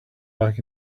back